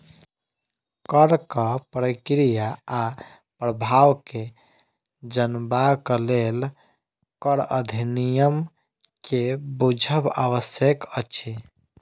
करक प्रक्रिया आ प्रभाव के जनबाक लेल कर अधिनियम के बुझब आवश्यक अछि